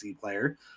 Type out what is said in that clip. player